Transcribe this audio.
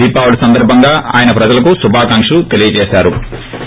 దీపావళే సందర్బంగా ఆయన ప్రజలకు శుభాకాంక్షలు తేలీయజేశారు